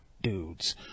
dudes